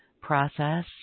process